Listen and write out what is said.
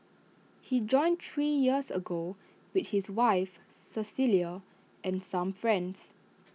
he joined three years ago with his wife Cecilia and some friends